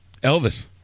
Elvis